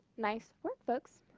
nice work, folks.